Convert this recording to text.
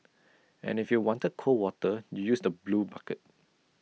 and if you wanted cold water you use the blue bucket